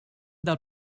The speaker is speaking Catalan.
del